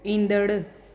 ईंदड़ु